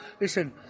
listen